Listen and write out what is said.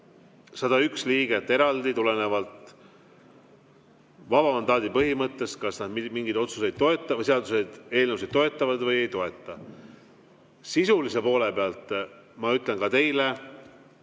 101 liiget eraldi, tulenevalt vaba mandaadi põhimõttest, kas nad mingeid otsuseid toetavad, mingeid seaduseelnõusid toetavad või ei toeta. Sisulise poole pealt ma ütlen ka teile,